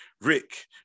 rick